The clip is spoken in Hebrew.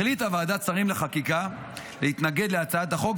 החליטה ועדת השרים לחקיקה להתנגד להצעת החוק,